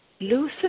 loosen